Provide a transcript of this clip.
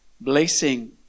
blessing